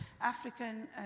African